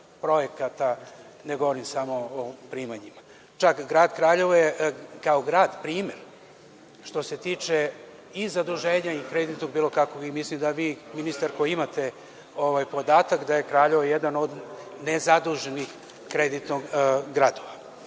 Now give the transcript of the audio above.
projekata, ne govorim samo o primanjima. Čak, grad Kraljevo je kao grad primer, što se tiče i zaduženja i kreditno i bilo kakvog i mislim da vi ministre imate taj podatak, da je Kraljevo jedan od nezaduženih kreditno gradova. Ono